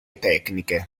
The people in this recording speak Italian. tecniche